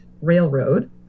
railroad